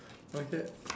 okay